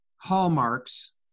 hallmarks